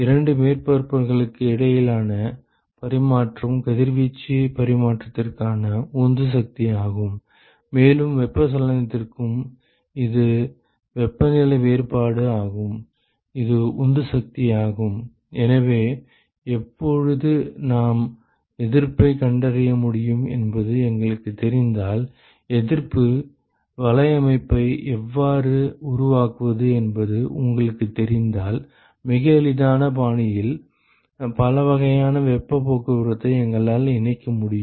இரண்டு மேற்பரப்புகளுக்கு இடையிலான பரிமாற்றம் கதிர்வீச்சு பரிமாற்றத்திற்கான உந்து சக்தியாகும் மேலும் வெப்பச்சலனத்திற்கும் இது வெப்பநிலை வேறுபாடு ஆகும் இது உந்து சக்தியாகும் எனவே எப்பொழுது நாம் எதிர்ப்பைக் கண்டறிய முடியும் என்பது எங்களுக்குத் தெரிந்தால் எதிர்ப்பு வலையமைப்பை எவ்வாறு உருவாக்குவது என்பது உங்களுக்குத் தெரிந்தால் மிக எளிதான பாணியில் பல வகையான வெப்பப் போக்குவரத்தை எங்களால் இணைக்க முடியும்